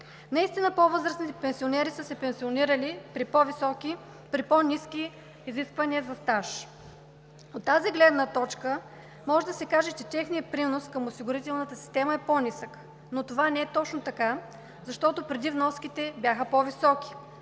Наистина по-възрастните пенсионери са се пенсионирали при по-ниски изисквания за стаж. От тази гледна точка може да се каже, че техният принос към осигурителната система е по-нисък, но това не е точно така, защото преди вноските бяха по-високи